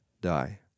die